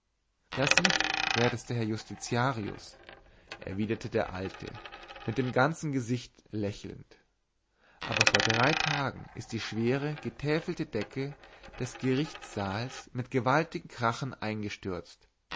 das nicht wertester herr justitiarius erwiderte der alte mit dem ganzen gesicht lächelnd aber vor drei tagen ist die schwere getäfelte decke des gerichtssaals mit gewaltigem krachen eingestürzt